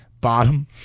bottom